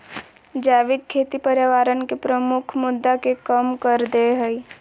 जैविक खेती पर्यावरण के प्रमुख मुद्दा के कम कर देय हइ